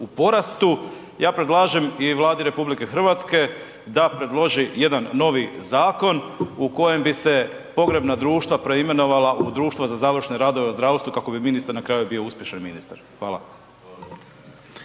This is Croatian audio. u porastu, ja predlažem i Vladi RH da predloži jedan novi zakon u kojem bi se pogrebna društva preimenovala u društva za završne radove u zdravstvu kako bi ministar na kraju bio uspješan ministar. Hvala.